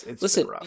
Listen